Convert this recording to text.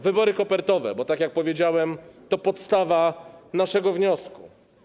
Wybory kopertowe, tak jak powiedziałem, to podstawa naszego wniosku.